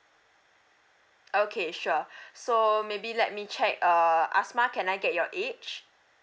okay sure so maybe let me check uh asmah can I get your age